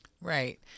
Right